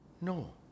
No